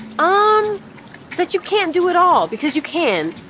um that you can't do it all, because you can.